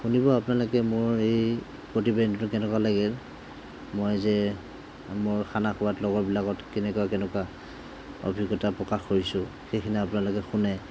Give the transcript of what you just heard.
শুনিব আপোনালোকে মোৰ এই প্ৰতিবেদনটো কেনেকুৱা লাগিল মই যে মোৰ খানা খোৱাত লগৰবিলাকত কেনেকুৱা কেনেকুৱা অভিজ্ঞতা প্ৰকাশ কৰিছোঁ এইখিনি আপোনালোকে শুনে